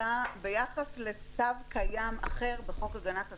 אלא ביחס לצו קיים אחר בחוק הגנת הצרכן,